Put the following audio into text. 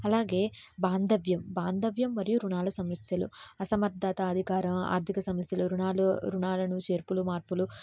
అలాగే బాంధవ్యం బాంధవ్యం మరియు రుణాలు సమస్యలు అసమర్ధత అధికార ఆర్థిక సమస్యలు రుణాలు రుణాలను చేర్పులు మార్పులు